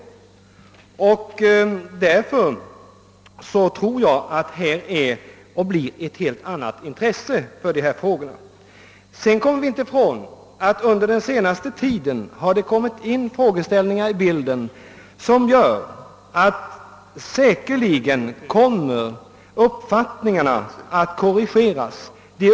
Därför tror jag att intresset för dessa frågor kommer att bli ett helt annat. Vi kommer inte ifrån att under den senaste tiden frågeställningar har kommit in i bilden som gör att uppfattningarna säkerligen kommer att korrigeras.